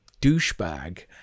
douchebag